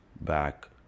back